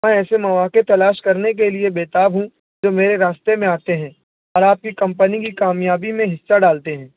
میں ایسے مواقع تلاش کرنے کے لیے بیتاب ہوں جو میرے راستے میں آتے ہیں اور آپ کی کمپنی کی کامیابی میں حصہ ڈالتے ہیں